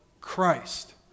Christ